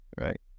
right